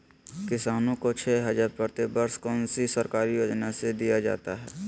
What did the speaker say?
किसानों को छे हज़ार प्रति वर्ष कौन सी सरकारी योजना से दिया जाता है?